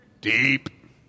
deep